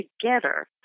together